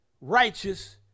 righteous